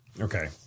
Okay